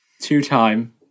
Two-time